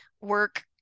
work